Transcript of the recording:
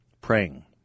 praying